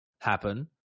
happen